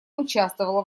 участвовала